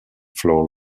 floor